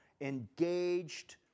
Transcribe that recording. engaged